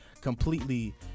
completely